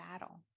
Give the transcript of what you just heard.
battle